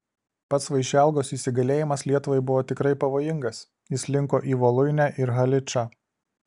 pats vaišelgos įsigalėjimas lietuvai buvo tikrai pavojingas jis linko į voluinę ir haličą